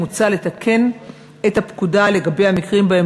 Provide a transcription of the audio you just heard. מוצע לתקן את הפקודה לגבי המקרים שבהם